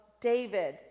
David